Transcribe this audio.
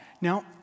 Now